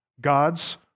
God's